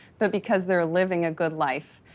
but because they're living a good life.